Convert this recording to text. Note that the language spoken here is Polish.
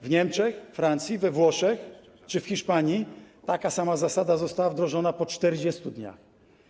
W Niemczech, Francji, we Włoszech czy w Hiszpanii taka sama zasada została wdrożona po 40 dniach.